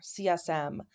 CSM